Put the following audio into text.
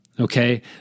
Okay